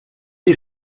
die